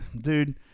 dude